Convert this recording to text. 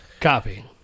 Copy